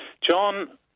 John